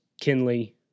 Kinley